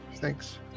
Thanks